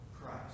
christ